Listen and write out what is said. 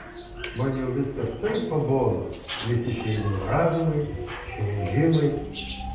man jau viskas taip pabodo visi šie ignoravimai šmeižimai